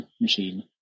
machine